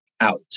Out